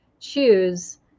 choose